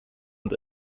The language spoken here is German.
und